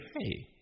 hey